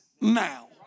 now